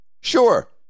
Sure